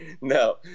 No